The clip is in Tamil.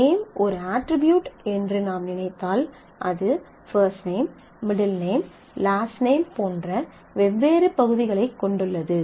நேம் ஒரு அட்ரிபியூட் என்று நாம் நினைத்தால் அது first name middle name last name போன்ற வெவ்வேறு பகுதிகளைக் கொண்டுள்ளது